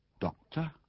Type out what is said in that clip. doctor